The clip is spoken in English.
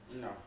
No